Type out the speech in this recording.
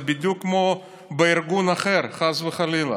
זה בדיוק כמו בארגון אחר, חס וחלילה.